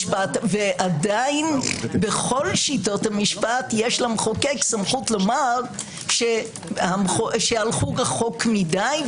ועדיין בכל שיטות המשפט יש למחוקק סמכות לומר שהלכו רחוק מדי,